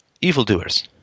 evildoers